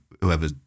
whoever